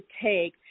take